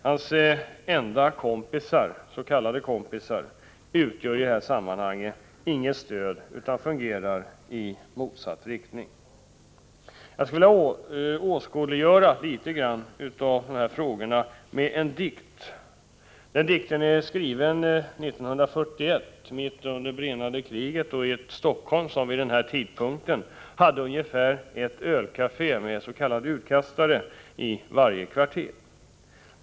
Hans enda s.k. kompisar utgör i detta sammanhang inget stöd utan fungerar i motsatt riktning. Jag skulle vilja åskådliggöra litet av detta med en dikt. Dikten är skriven år 1941, mitt under brinnande krig och i ett Helsingfors som vid den tidpunkten hade ungefär ett ölkafé med utkastare i varje kvarter.